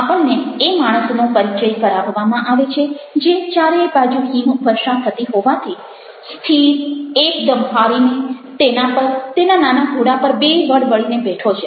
આપણને એ માણસનો પરિચય કરાવવામાં આવે છે જે ચારે બાજુ હિમવર્ષા થતી હોવાથી સ્થિર એકદમ હારીને તેના પર તેના નાના ઘોડા પર બેવડ વળીને બેઠો છે